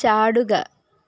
ചാടുക